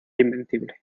invencible